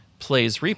plays